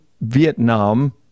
Vietnam